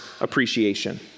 appreciation